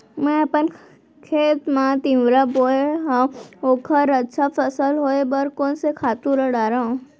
मैं अपन खेत मा तिंवरा बोये हव ओखर अच्छा फसल होये बर कोन से खातू ला डारव?